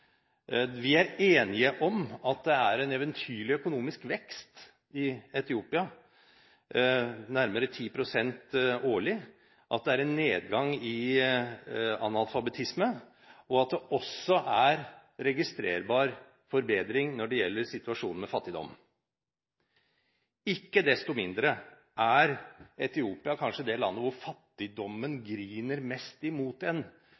Vi er enige om at det er en eventyrlig økonomisk vekst i Etiopia – nærmere 10 pst. årlig, at det er en nedgang i analfabetismen, og at det også er registrerbar forbedring når det gjelder fattigdom. Ikke desto mindre er Etiopia kanskje det landet hvor fattigdommen griner mest mot en